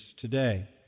today